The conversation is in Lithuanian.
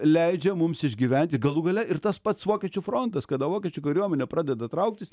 leidžia mums išgyventi galų gale ir tas pats vokiečių frontas kada vokiečių kariuomenė pradeda trauktis